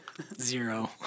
zero